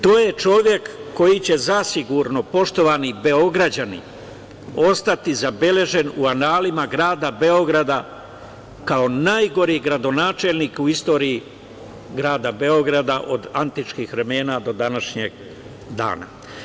To je čovek koji će zasigurno, poštovani Beograđani, ostati zabeležen u analima grada Beograda kao najgori gradonačelnik u istoriji grada Beograda od antičkih vremena do današnjeg dana.